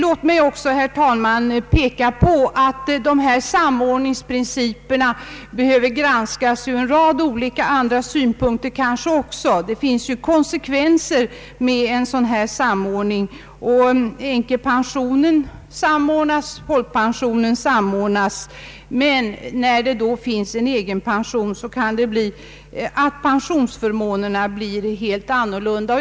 Låt mig också, herr talman, peka på att samordningsprinciperna behöver granskas även ur en rad andra synpunkter. En sådan här samordning drar med sig vissa konsekvenser. Änkepensionen samordnas, och folkpensionen samordnas, men när det finns en egenpension med i bilden kan pensionsförmånerna bli helt annorlunda.